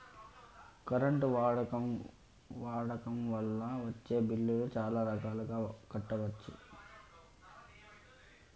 current వాడకం వల్ల వచ్చే బిల్లులను చాలా రకాలుగా కట్టొచ్చు